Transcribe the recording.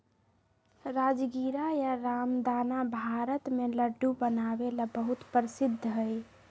राजगीरा या रामदाना भारत में लड्डू बनावे ला बहुत प्रसिद्ध हई